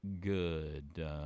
good